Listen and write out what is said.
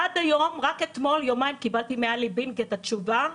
מחודש יוני ועד היום רק אתמול קיבלתי מעלי בינג את התשובה,